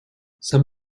some